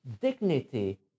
dignity